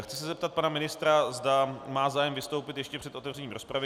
Chci se zeptat pana ministra, zda má zájem vystoupit ještě před otevřením rozpravy.